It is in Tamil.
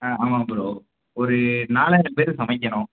ஆ ஆமாங்க ப்ரோ ஒரு நாலாயிரம் பேருக்குச் சமைக்கணும்